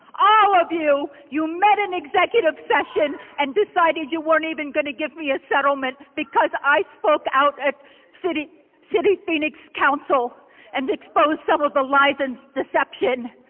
all of you. you met in executive session and decided you weren't even going to give me a settlement because i spoke out at city of phoenix council and exposed some of the lies and deception.